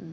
mm mm